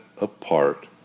apart